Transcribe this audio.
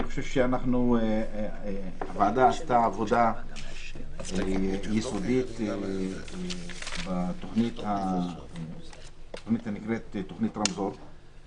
אני חושב שהוועדה עשתה עבודה יסודית בתוכנית שנקראת תוכנית רמזור.